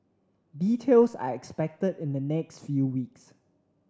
details are expected in the next few weeks